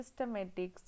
systematics